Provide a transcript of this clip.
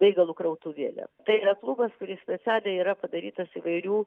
beigalų krautuvėlę tai yra klubas kuris specialiai yra padarytas įvairių